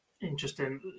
Interesting